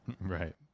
right